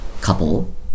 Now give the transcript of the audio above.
couple